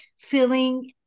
feeling